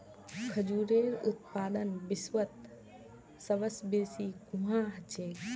खजूरेर उत्पादन विश्वत सबस बेसी कुहाँ ह छेक